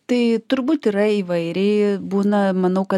tai turbūt yra įvairiai būna manau kad